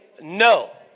no